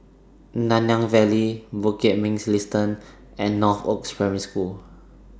Nanyang Valley Bukit Mugliston and Northoaks Primary School